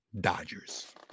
Dodgers